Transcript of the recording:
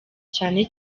cyane